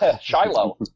Shiloh